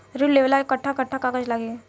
ऋण लेवेला कट्ठा कट्ठा कागज लागी?